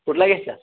कुठला घ्यायचा